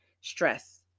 stress